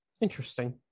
interesting